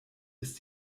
ist